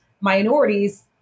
minorities